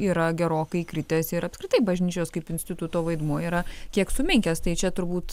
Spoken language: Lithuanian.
yra gerokai kritęs ir apskritai bažnyčios kaip instituto vaidmuo yra kiek sumenkęs tai čia turbūt